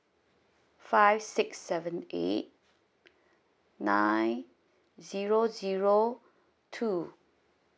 five six seven eight nine zero zero two